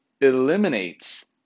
eliminates